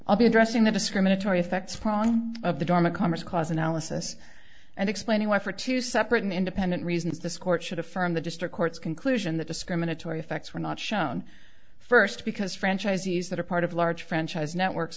i'll be addressing the discriminatory effects prong of the dharma commerce clause analysis and explaining why for two separate and independent reasons this court should affirm the district court's conclusion that discriminatory effects were not shown first because franchisees that are part of large franchise networks